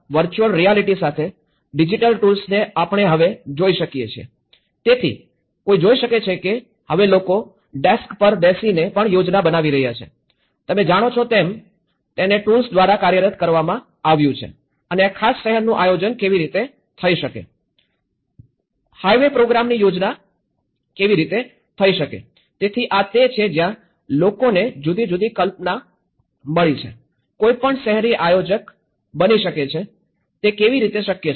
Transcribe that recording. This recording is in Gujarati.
વર્ચુઅલ રિયાલિટી સાથે ડિજિટલ ટૂલ્સને આપણે હવે જોઈએ છીએ તેથી કોઈ જોઈ શકે છે કે હવે લોકો ડેસ્ક પર બેસીને પણ યોજના બનાવી રહ્યા છે તમે જાણો છો તેમ તેને ટૂલ્સ દ્વારા કાર્યરત કરવામાં આવ્યું છે અને આ ખાસ શહેરનું આયોજન કેવી રીતે થઈ શકે હાઇ વે પ્રોગ્રામની યોજના કેવી રીતે થઈ શકે તેથી આ તે છે જ્યાં લોકોને જુદી જુદી કલ્પના મળી રહી છે કોઈ પણ શહેરી આયોજક બની શકે છે તે કેવી રીતે શક્ય છે